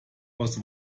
aus